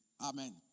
Amen